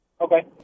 Okay